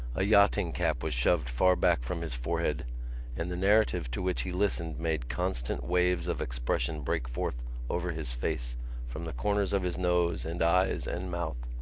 a yachting cap was shoved far back from his forehead and the narrative to which he listened made constant waves of expression break forth over his face from the corners of his nose and eyes and mouth.